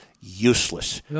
useless